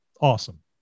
awesome